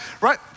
Right